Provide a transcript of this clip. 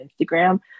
Instagram